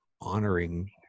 honoring